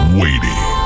waiting